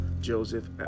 Joseph